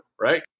right